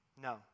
No